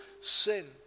sin